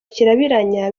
kirabiranya